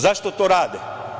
Zašto to rade?